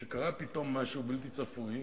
שקרה פתאום משהו בלתי צפוי: